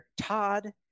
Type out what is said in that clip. Todd